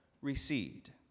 recede